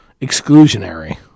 Exclusionary